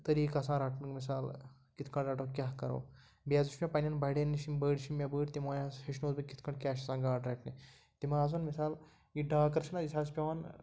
طریٖق آسان رَٹنُک مِثال کِتھ کٔنۍ رَٹو کیٛاہ کَرو بیٚیہِ حظ وُچھ مےٚ پنٛنٮ۪ن بَڑٮ۪ن نِش یِم بٔڑۍ چھِ مےٚ بٔڑۍ تِمو حظ ہیٚچھنووُس بہٕ کِتھ کٔنۍ کیٛاہ چھُ آسان گاڈٕ رَٹنہِ تِم مِثال یہِ ڈاکٕر چھٕنا یہِ حظ چھُ پٮ۪وان